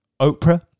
oprah